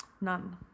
None